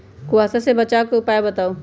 कुहासा से बचाव के उपाय बताऊ?